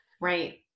Right